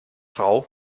frau